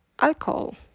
alcohol